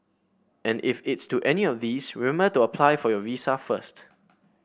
and if it's to any of these remember to apply for your visa first